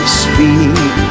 speak